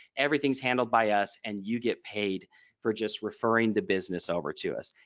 everything is handled by us. and you get paid for just referring the business over to us.